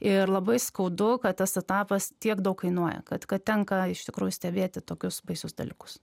ir labai skaudu kad tas etapas tiek daug kainuoja kad kad tenka iš tikrųjų stebėti tokius baisius dalykus